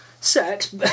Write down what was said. Sex